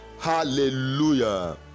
Hallelujah